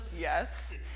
Yes